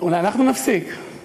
אולי תפסיקו